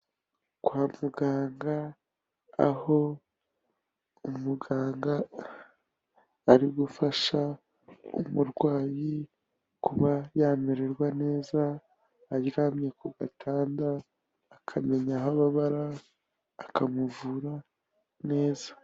Kwa muganga, aho umuganga ari gufasha umurwayi kuba yamererwa neza, aryamye ku gatanda, akamenya aho ababara, akamuvura neza.